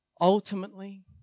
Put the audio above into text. Ultimately